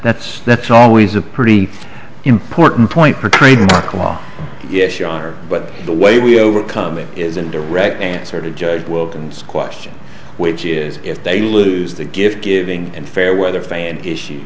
that's that's always a pretty important point for trademark law yes your honor but the way we overcome it is in direct answer to judge wilton's question which is if they lose the gift giving in fair weather fan issue